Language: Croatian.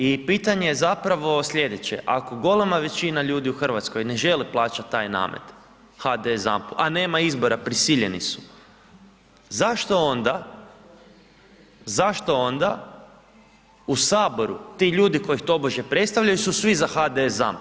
I pitanje je zapravo slijedeće, ako golema većina ljudi u RH ne žele plaćat taj namet HDS ZAMP, a nema izbora prisiljeni su, zašto onda, zašto onda u saboru ti ljudi koji ih tobože predstavljaju su svi za HDS ZAMP.